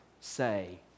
say